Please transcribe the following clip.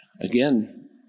Again